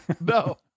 No